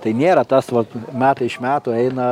tai nėra tas vat metai iš metų eina